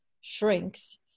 shrinks